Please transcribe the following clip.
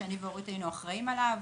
שאורית ואני היינו אחראיות עליו,